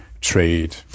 trade